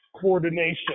coordination